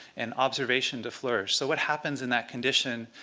and observation to flourish. so what happens in that condition?